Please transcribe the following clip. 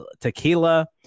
tequila